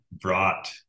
brought –